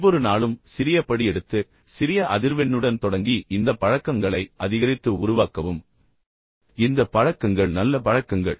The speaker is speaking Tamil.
ஒவ்வொரு நாளும் சிறிய படி எடுத்து பின்னர் சிறிய அதிர்வெண்ணுடன் தொடங்கி இந்த பழக்கங்களை அதிகரித்து உருவாக்கவும் இந்த பழக்கங்கள் நல்ல பழக்கங்கள்